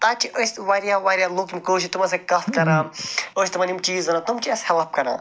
تَتہِ چھِ أسۍ واریاہ واریاہ لوٗکھ یِم کٲشِر تِمَن سۭتۍ کَتھ کران أسۍ چھِ تِمَن یِم چیٖز ضُروٗرت تِم چھِ اسہِ ہیٚلٕپ کران